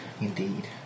indeed